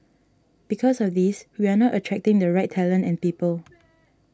because of this we are not attracting the right talent and people